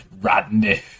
Rodney